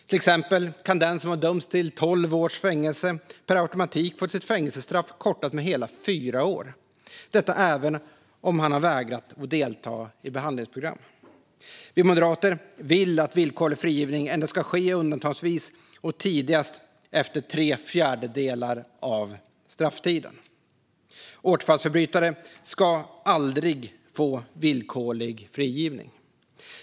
Till exempel kan den som har dömts till tolv års fängelse per automatik få sitt fängelsestraff kortat med hela fyra år, även om han vägrat att delta i behandlingsprogram. Vi moderater vill att villkorlig frigivning endast ska ske undantagsvis och tidigast efter tre fjärdedelar av strafftiden. Återfallsförbrytare ska aldrig få villkorlig frigivning.